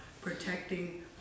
protecting